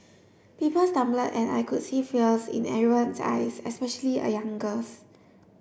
people stumble and I could see fears in everyone's eyes especially a young girl's